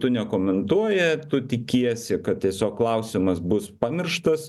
tu nekomentuoji tu tikiesi kad tiesiog klausimas bus pamirštas